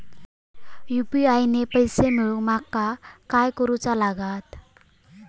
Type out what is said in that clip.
UPI ने पैशे मिळवूक माका काय करूचा लागात?